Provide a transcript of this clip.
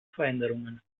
veränderungen